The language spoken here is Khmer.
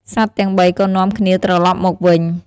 សត្វទាំងបីក៏នាំគ្នាត្រឡប់មកវិញ។